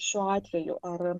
šiuo atveju ar